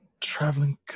traveling